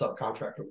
subcontractor